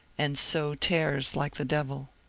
and sow tares like the devil.